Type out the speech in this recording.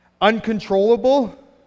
uncontrollable